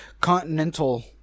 Continental